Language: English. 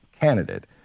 candidate